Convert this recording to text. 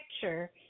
picture